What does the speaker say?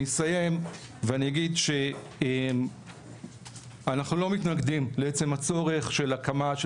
אני אסיים ואני אגיד שאנחנו לא מתנגדים לעצם הצורך של הקמה של